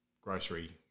grocery